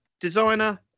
designer